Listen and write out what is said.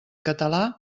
català